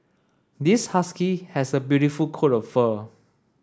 this husky has a beautiful coat of fur